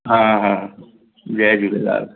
हा हा जय झूलेलाल